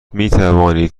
میتوانید